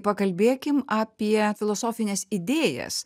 pakalbėkim apie filosofines idėjas